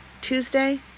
Tuesday